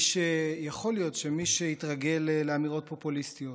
יכול להיות שמי שהתרגל לאמירות פופוליסטיות,